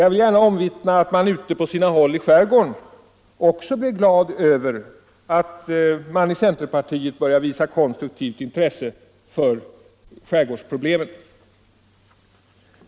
Jag vill gärna omvittna att man på sina håll i skärgården också blev glad över att det från centerpartiet börjat visas konstruktivt intresse för skärgårdsproblemen.